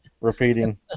repeating